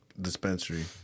dispensary